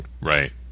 Right